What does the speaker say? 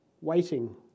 waiting